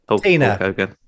Tina